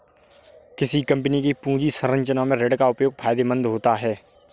किसी कंपनी की पूंजी संरचना में ऋण का उपयोग फायदेमंद होता है